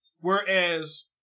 whereas